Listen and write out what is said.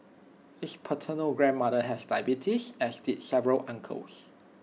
his paternal grandmother had diabetes as did several uncles